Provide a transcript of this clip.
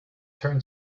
turn